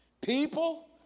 People